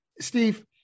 Steve